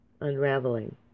unraveling